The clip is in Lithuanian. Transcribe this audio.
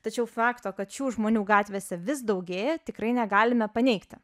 tačiau fakto kad šių žmonių gatvėse vis daugėja tikrai negalime paneigti